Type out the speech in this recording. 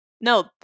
No